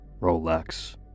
Rolex